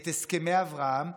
את הסכמי אברהם,